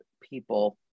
people